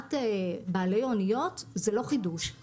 שמבחינת בעלי אוניות זה לא חידוש.